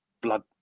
blood